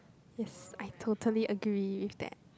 yes I totally agree with that